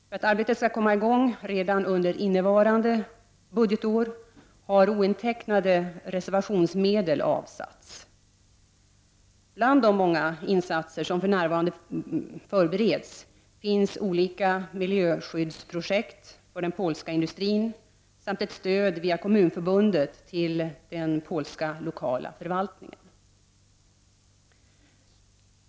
För att arbetet skall komma i gång redan under innevarande budgetår har ointecknade reservationsmedel avsatts. Bland de många insatser som för närvarande förbereds finns olika miljöskyddsprojekt för den polska industrin samt ett stöd via Kommunförbundet till den polska lokala förvaltningen.